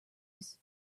his